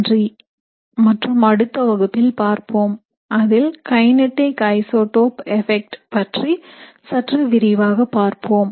நன்றி மற்றும் அடுத்த வகுப்பில் பார்ப்போம் அதில் கைநீட்டிக் ஐசோடோப் எபெக்ட் பற்றி சற்று விரிவாக பார்ப்போம்